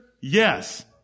Yes